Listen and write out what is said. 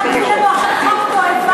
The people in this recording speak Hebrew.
ואתה מביא לנו עכשיו חוק תועבה,